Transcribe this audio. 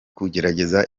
kugerageza